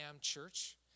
church